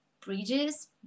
bridges